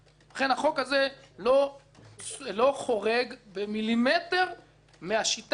לכן החוק הזה לא חורג במילימטר מהשיטה שבה